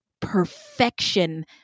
perfection